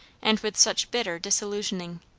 and with such bitter disillusionising.